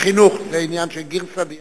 זה חינוך, זה עניין של גרסא דינקותא.